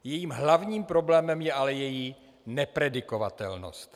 Jejím hlavním problémem je ale její nepredikovatelnost.